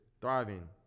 thriving